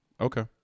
Okay